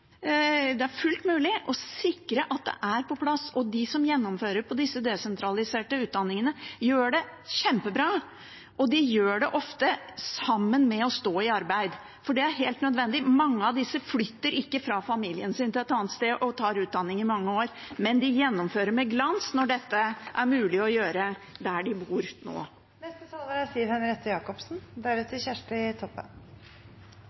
det er fullt mulig – og sikre at det er på plass. Og de som gjennomfører disse desentraliserte utdanningene, gjør det kjempebra, og de gjør det ofte sammen med det å stå i arbeid, for det er helt nødvendig. Mange av disse flytter ikke fra familien sin til et annet sted og tar utdanning i mange år, men de gjennomfører med glans når dette er mulig å gjøre der de bor. To ord om temaer som har vært lite berørt i debatten hittil: Det første er